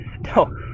No